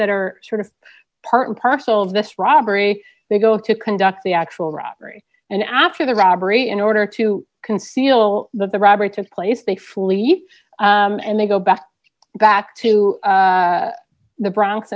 that are sort of part and parcel of this robbery they go to conduct the actual robbery and after the robbery in order to conceal that the robbery took place they flee and they go back back to the bronx